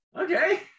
okay